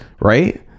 right